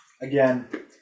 again